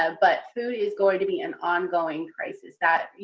um but food is going to be an ongoing crisis that,